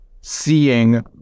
seeing